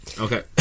Okay